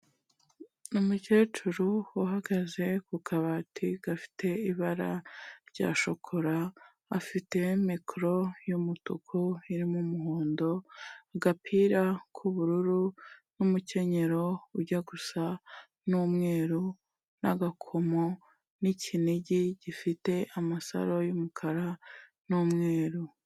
Umukecuru uhagaze ku kabati gafite ibara rya shokora, afite mikoro y'umutuku irimo umuhondo, agapira k'ubururu n'umukenyero ujya gusa n'umweru n'agakomo n'ikinigi gifite amasaro y'umukara n'umweru.